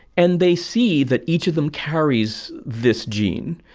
and they see that each of them carries this gene.